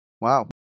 wow